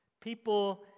People